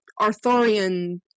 arthurian